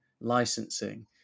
licensing